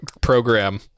program